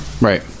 right